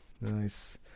Nice